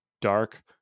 dark